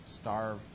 starve